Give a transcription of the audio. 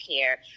care